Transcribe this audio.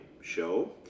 show